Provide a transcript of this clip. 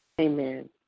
Amen